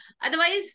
otherwise